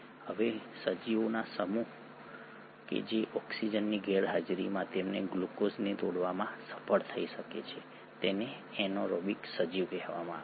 હવે સજીવોના સમૂહ કે જે ઓક્સિજનની ગેરહાજરીમાં તેમના ગ્લુકોઝને તોડવામાં સફળ થઈ શકે છે તેને એનેરોબિક સજીવ કહેવામાં આવે છે